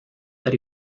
that